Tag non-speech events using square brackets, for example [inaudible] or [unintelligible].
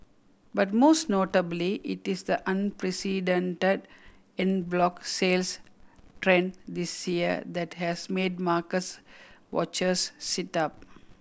but most notably it is the unprecedented en bloc sales trend this year that has made [unintelligible] watchers sit up